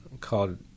called